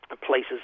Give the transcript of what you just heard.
places